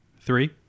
three